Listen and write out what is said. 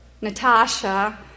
Natasha